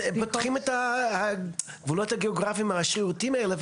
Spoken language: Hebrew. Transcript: פותחים את הגבולות הגיאוגרפיים על השירותים האלה?